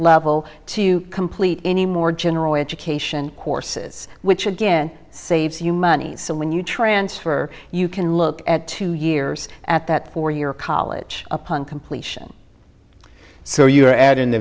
level to complete any more general education courses which again saves you money when you transfer you can look at two years at that for your college upon completion so you a